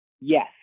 Yes